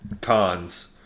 Cons